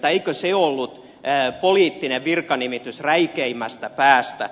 eikö se ollut poliittinen virkanimitys räikeimmästä päästä